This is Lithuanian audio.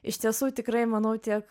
iš tiesų tikrai manau tiek